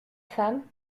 femme